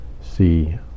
See